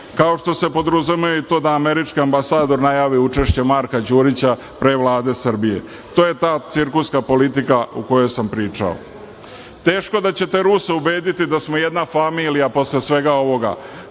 Kao što se podrazumeva i to da američki ambasador najavi učešće Marka Đurića pre Vlade Srbije. To je ta cirkuska politika o kojoj sam pričao. Teško da ćete Ruse ubediti da smo jedna familija posle svega ovoga.